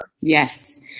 Yes